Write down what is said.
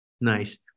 nice